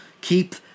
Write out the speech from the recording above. Keep